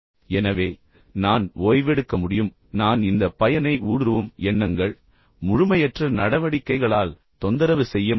எனவே நான் ஓய்வெடுக்க முடியும் நான் இந்த பையனை ஊடுருவும் எண்ணங்கள் முழுமையற்ற நடவடிக்கைகளால் தொந்தரவு செய்ய மாட்டேன்